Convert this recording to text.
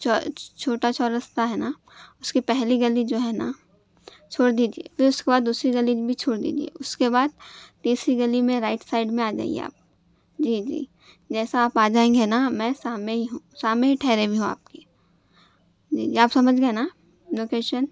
چھوٹا چو رستہ ہے نا اس کی پہلی گلی جو ہے نا چھوڑ دیجئے پھر اس کے بعد دوسری گلی بھی چھوڑ دیجئے اس کے بعد تیسری گلی میں رائٹ سائڈ میں آ جائیے آپ جی جی جیسا آپ آ جائیں گے نا میں سامنے ہی ہوں سامنے ہی ٹھہرے ہوئے ہوں آپ کے جی جی آپ سمجھ گئے نا لوکیشن